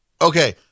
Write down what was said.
Okay